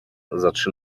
zaczy